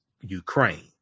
Ukraine